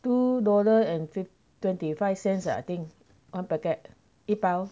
two dollar and twenty five cents ah I think one packet 一包